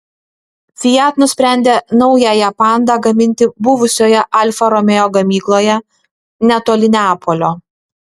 fiat nusprendė naująją panda gaminti buvusioje alfa romeo gamykloje netoli neapolio